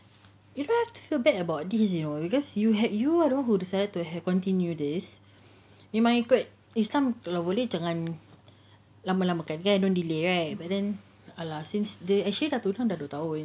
you don't have to feel bad about this you know because you had you are the one who decided to continue this you migrate islam kalau boleh jangan lama lama kan don't delay right but then !alah! since they actually tuhan dah dah [tau] eh